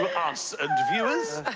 us and viewers!